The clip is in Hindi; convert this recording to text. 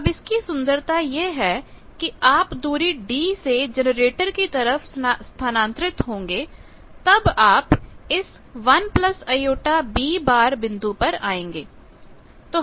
अब इसकी सुंदरता यह है कि जब आप दूरी d से जनरेटर की तरफ स्थानांतरित होंगे तब आप इस 1jB बिंदु पर आएंगे